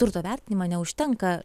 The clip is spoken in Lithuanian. turto vertinimą neužtenka